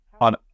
on